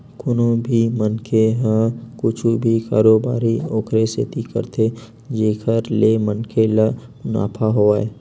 कोनो भी मनखे ह कुछु भी कारोबारी ओखरे सेती करथे जेखर ले मनखे ल मुनाफा होवय